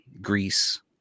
Greece